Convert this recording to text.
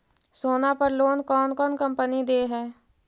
सोना पर लोन कौन कौन कंपनी दे है?